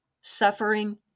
suffering